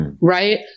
Right